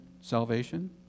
salvation